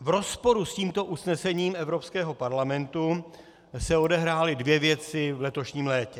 V rozporu s tímto usnesením Evropského parlamentu se odehrály dvě věci v letošním létě.